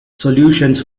solutions